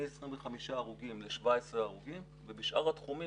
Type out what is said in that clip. מ-25 הרוגים ל-17 הרוגים ובשאר התחומים,